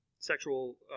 sexual